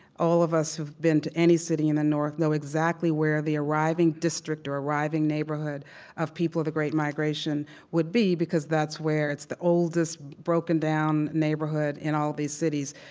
all of us who have been to any city in the north know exactly where the arriving district or arriving neighborhood of people of the great migration would be because that's where it's the oldest, broken-down neighborhood in all of these cities,